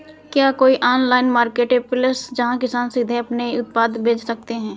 क्या कोई online marketplace है जहाँ किसान सीधे अपने उत्पाद बेच सकते हैं?